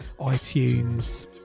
iTunes